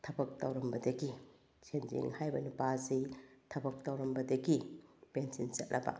ꯊꯕꯛ ꯇꯧꯔꯝꯕꯗꯒꯤ ꯁꯦꯟꯖꯦꯡ ꯍꯥꯏꯔꯤꯕ ꯅꯨꯄꯥ ꯑꯁꯤ ꯊꯕꯛ ꯇꯧꯔꯝꯕꯗꯒꯤ ꯄꯦꯟꯁꯤꯜ ꯆꯠꯂꯕ